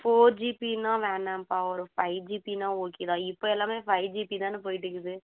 four ஜிபின்னா வேணாம்ப்பா ஒரு ஃபைவ் ஜிபின்னா ஓகே தான் இப்போ எல்லாமே ஃபைவ் ஜிபி தானே போய்ட்டுருக்குது